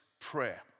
prayer